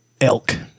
elk